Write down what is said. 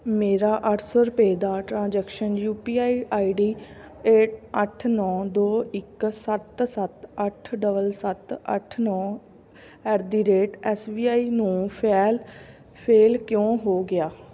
ਮੇਰਾ ਅੱਠ ਸੌ ਰੁਪਏ ਦਾ transaction U P I I D eight ਅੱਠ ਨੌ ਦੋ ਇੱਕ ਸੱਤ ਸੱਤ ਅੱਠ ਡਬਲ ਸੱਤ ਅੱਠ ਨੌ at the rate S B I ਨੂੰ ਫੈਲ ਫੇਲ੍ਹ ਕਿਉਂ ਹੋ ਗਿਆ